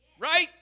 Right